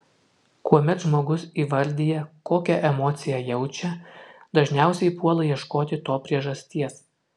kuomet žmogus įvardija kokią emociją jaučia dažniausiai puola ieškoti to priežasties